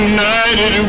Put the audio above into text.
United